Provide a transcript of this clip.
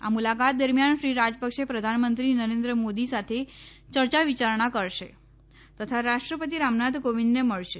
આ મુલાકાત દરમિયાન શ્રી રા ક્ષે પ્રધાનમંત્રી નરેન્દ્ર મોદી સાથે ચર્ચા વિચારણા કરશે તથા રાષ્ટ્ર તિ રામનાથ કોવિંદને મળશે